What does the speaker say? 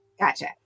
Gotcha